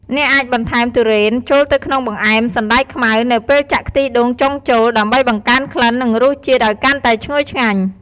អ្នកអាចបន្ថែម ធុរេន ចូលទៅក្នុងបង្អែមសណ្ដែកខ្មៅនៅពេលចាក់ខ្ទិះដូងចុងចូល ដើម្បីបង្កើនក្លិន និងរសជាតិឱ្យកាន់តែឈ្ងុយឆ្ងាញ់។